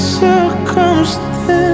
circumstance